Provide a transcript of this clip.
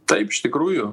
taip iš tikrųjų